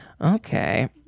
Okay